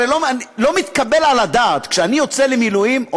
הרי לא מתקבל על הדעת שכשאני יוצא למילואים,